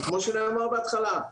שכמו שנאמר בהתחלה,